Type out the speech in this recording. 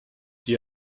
die